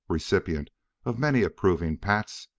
recipient of many approving pats,